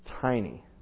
tiny